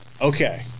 Okay